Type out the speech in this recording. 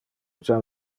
jam